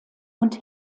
und